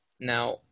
Now